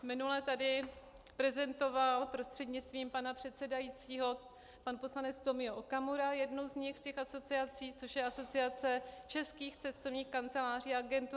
Minule tady prezentoval, prostřednictvím pana předsedajícího, pan poslanec Tomio Okamura jednu z nich, těch asociací, což je Asociace českých cestovních kanceláří a agentur.